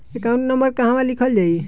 Account number कहवा लिखल जाइ?